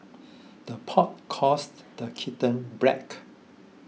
the pot calls the kitten black